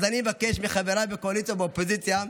אז אני מבקש מחבריי בקואליציה ובאופוזיציה,